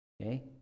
Okay